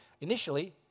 Initially